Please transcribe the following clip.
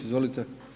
Izvolite.